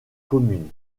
commune